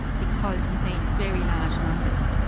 because you need very large numbers.